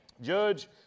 Judge